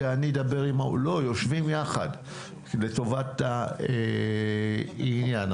יושבים יחד לטובת העניין.